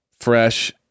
Fresh